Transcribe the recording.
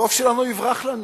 הרוב שלנו יברח לנו.